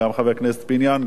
גם חבר הכנסת פיניאן,